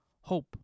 hope